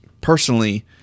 personally